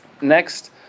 Next